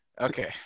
Okay